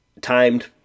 timed